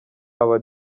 aba